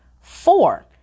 Four